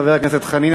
חבר הכנסת חנין,